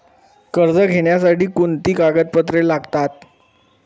कर्ज घेण्यासाठी कोणती कागदपत्रे लागतात?